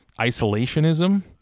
isolationism